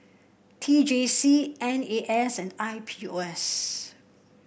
T J C N A S and I P O S